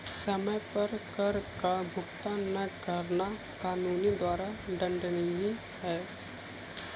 समय पर कर का भुगतान न करना कानून द्वारा दंडनीय है